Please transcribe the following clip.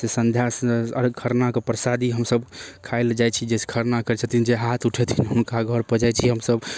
से सन्ध्या अर्घ्य खरनाक परसादी हमसब खाइलए जाइ छी जे खरना करै छथिन जे हाथ उठेथिन हुनका घरपर जाइ छी हमसब